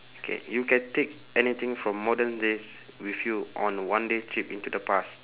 K you can take anything from modern days with you on one day trip into the past